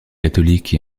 catholique